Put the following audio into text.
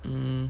um